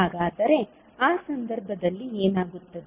ಹಾಗಾದರೆ ಆ ಸಂದರ್ಭದಲ್ಲಿ ಏನಾಗುತ್ತದೆ